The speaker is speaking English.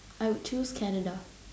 I would choose Canada